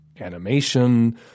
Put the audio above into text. animation